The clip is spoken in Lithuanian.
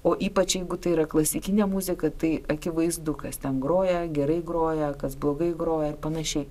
o ypač jeigu tai yra klasikinė muzika tai akivaizdu kas ten groja gerai groja kas blogai groja ir panašiai